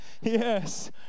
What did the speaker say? Yes